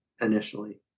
initially